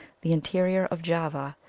the interior of java,